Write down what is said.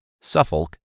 Suffolk